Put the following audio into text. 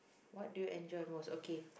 what do you enjoy most okay